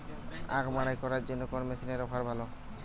আখ মাড়াই করার জন্য কোন মেশিনের অফার ভালো?